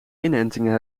inentingen